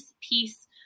piece